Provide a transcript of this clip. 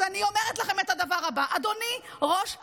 אז אני אגיד לכם את הדבר הבא: אדוני ראש הממשלה,